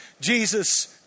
Jesus